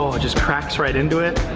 we just tracks right into it.